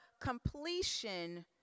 completion